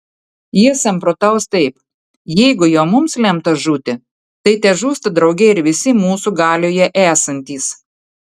jie samprotaus taip jeigu jau mums lemta žūti tai težūsta drauge ir visi mūsų galioje esantys